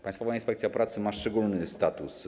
Państwowa Inspekcja Pracy ma szczególny status.